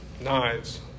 knives